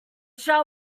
shall